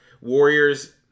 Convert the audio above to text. Warriors